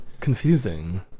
confusing